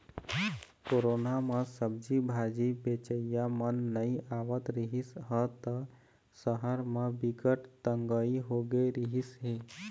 corona म सब्जी भाजी बेचइया मन नइ आवत रिहिस ह त सहर म बिकट तंगई होगे रिहिस हे